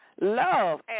love